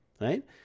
right